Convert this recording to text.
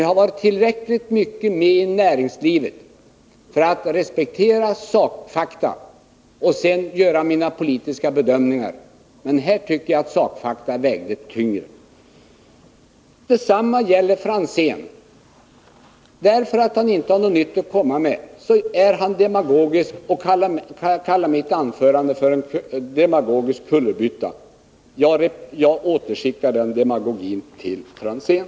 Jag har varit med tillräckligt lång tid i näringslivet för att respektera sakfakta och sedan göra mina politiska bedömningar. Här tycker jag att sakfakta väger tyngre. Samma resonemang gäller beträffande Tommy Franzén: därför att han inte har något nytt att komma med är han demagogisk och säger i ett anförande att jag gör en demagogisk kullerbytta. Det omdömet skickar jag tillbaka till Tommy Franzén.